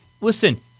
listen